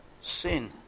sin